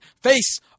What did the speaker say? face